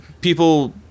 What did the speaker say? People